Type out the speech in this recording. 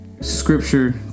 scripture